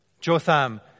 Jotham